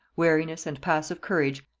wariness, and passive courage,